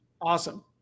Awesome